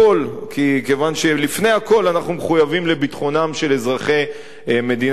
כיוון שלפני הכול אנחנו מחויבים לביטחונם של אזרחי מדינת ישראל,